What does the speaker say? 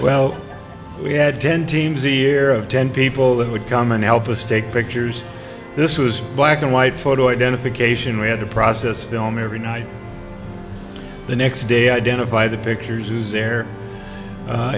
well we had ten teams each year of ten people that would come and help us take pictures this was black and white photo identification we had to process film every night the next day identify the pictures